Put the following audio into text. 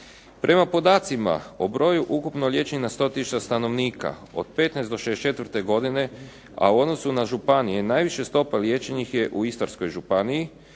Prema podacima o broju ukupno liječenih na 100 tisuća stanovnika od 15 do 64 godine, a u odnosu na županije najviša stopa liječenih je u Istarskoj županiji,